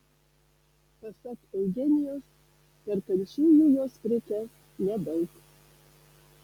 pasak eugenijos perkančiųjų jos prekes nedaug